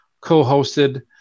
co-hosted